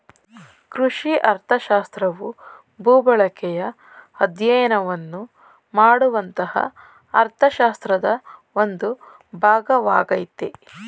ಕೃಷಿ ಅರ್ಥಶಾಸ್ತ್ರವು ಭೂಬಳಕೆಯ ಅಧ್ಯಯನವನ್ನು ಮಾಡುವಂತಹ ಅರ್ಥಶಾಸ್ತ್ರದ ಒಂದು ಭಾಗವಾಗಯ್ತೆ